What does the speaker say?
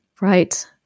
Right